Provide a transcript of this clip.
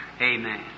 amen